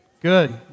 Good